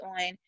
on